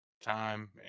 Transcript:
time